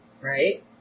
Right